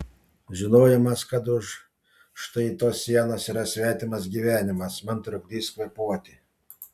žinojimas kad už štai tos sienos yra svetimas gyvenimas man trukdys kvėpuoti